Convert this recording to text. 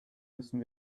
müssen